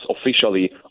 officially